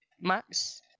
Max